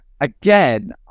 again